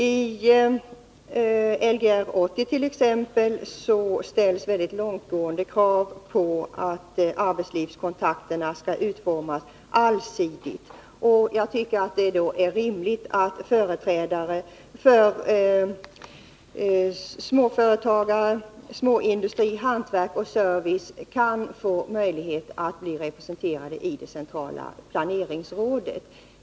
I Lgr 80 t.ex. ställs väldigt långtgående krav på att arbetslivskontakterna skall utformas allsidigt, och jag tycker att det är rimligt att företrädare för småföretagsamhet, småindustri, hantverk och service får möjlighet att bli representerade i centrala planeringsrådet.